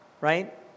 right